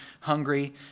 hungry